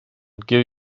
give